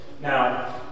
Now